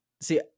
See